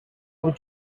would